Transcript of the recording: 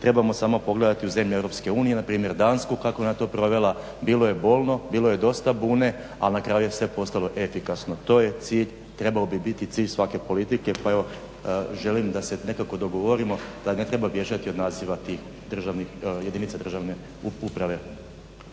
trebamo samo pogledati u zemlje EU, npr. Dansku kako je ona to provela, bilo je bolno, bilo je dosta bune, ali na kraju je sve postalo efikasno, to je cilj, trebao bi biti cilj svake politike, pa evo, želim da se nekako dogovorimo, da ne treba bježati od naziva tih državnih, jedinica državne uprave.